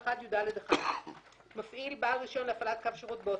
61יד(1); "מפעיל" בעל רישיון להפעלת קו שירות באוטובוס,